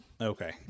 Okay